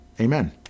Amen